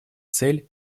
цель